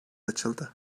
açıldı